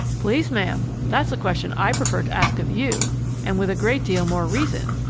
please, ma'am, that's a question i prefer to ask of you and with a great deal more reason!